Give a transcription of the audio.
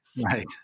Right